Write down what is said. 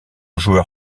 joueur